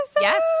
Yes